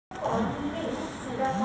कवना तरीका से खेती करल की फसल नीमन होई?